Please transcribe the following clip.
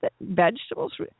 vegetables